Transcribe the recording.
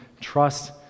trust